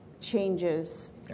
changes